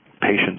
patients